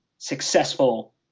successful